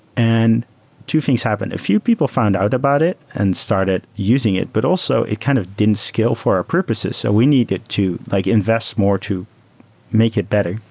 and two things happened. a few people found out about it and started using it, but also it kind of didn't scale for our purposes. w so we needed to like invests more to make it better,